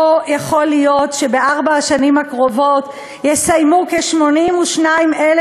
לא יכול להיות שבארבע השנים הקרובות יסיימו כ-82,000